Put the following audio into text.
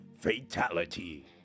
Fatality